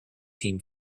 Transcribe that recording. team